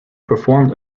performed